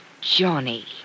Johnny